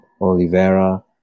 Oliveira